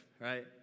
right